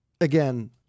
again